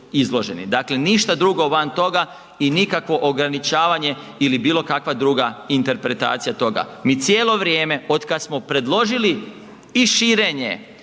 Dakle, ništa drugo van toga i nikakvo ograničavanje ili bilo kakva druga interpretacija toga. Mi cijelo vrijeme otkad smo predložili i širenje